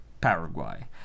Paraguay